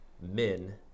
men